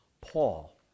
Paul